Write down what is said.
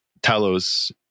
Talos